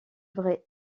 vraie